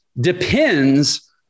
depends